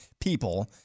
people